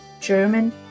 German